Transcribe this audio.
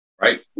Right